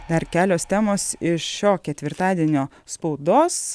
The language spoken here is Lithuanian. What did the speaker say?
dar kelios temos iš šio ketvirtadienio spaudos